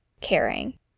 caring